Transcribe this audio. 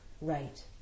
Right